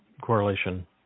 Correlation